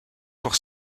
pour